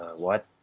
what?